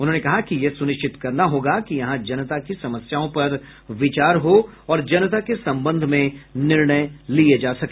उन्होंने कहा कि यह सुनिश्चित करना होगा कि यहां जनता की समस्याओं पर विचार हो और जनता के सबंध में निर्णय लिया जा सके